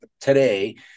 today